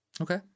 Okay